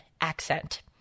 accent